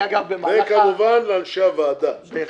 וכמובן, לאנשי הוועדה לאה,